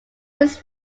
his